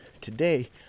Today